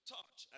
Touch